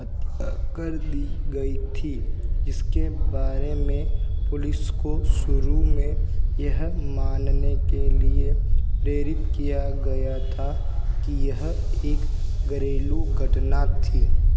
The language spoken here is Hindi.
हत्या कर दी गई थी जिसके बारे में पुलिस को शुरू में यह मानने के लिए प्रेरित किया गया था कि यह एक घरेलू घटना थी